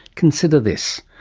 consider this.